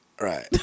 right